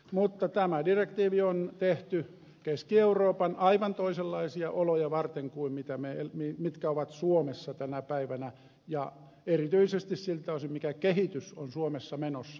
mutta tämä direktiivi on tehty keski euroopan aivan toisenlaisia oloja varten kuin mitkä ovat suomessa tänä päivänä ja erityisesti siltä osin mikä kehitys on suomessa menossa